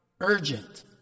Urgent